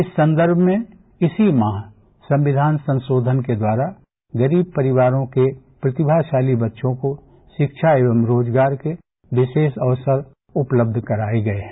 इस संदर्भ में इसी माह संविधान संशोधन के द्वारा गरीब परिवारों के प्रतिभाशाली बच्चों को शिक्षा एवं रोजगार के विशेष अवसर उपब्ध कराए गए हैं